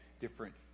different